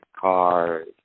cars